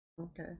Okay